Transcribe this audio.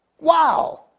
Wow